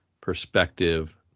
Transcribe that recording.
perspective